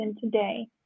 today